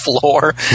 floor